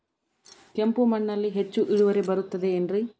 ಕೆಂಪು ಮಣ್ಣಲ್ಲಿ ಹೆಚ್ಚು ಇಳುವರಿ ಬರುತ್ತದೆ ಏನ್ರಿ?